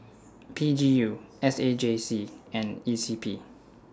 P G U S A J C and E C P